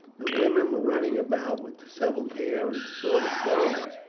the women were running about with dishevelled hair and disordered garments.